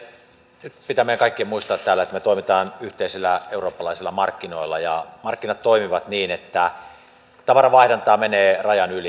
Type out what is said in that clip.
nyt pitää meidän kaikkien muistaa täällä että me toimimme yhteisillä eurooppalaisilla markkinoilla ja markkinat toimivat niin että tavaravaihdantaa menee rajan yli